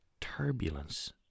Turbulence